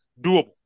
doable